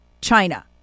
China